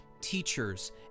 teachers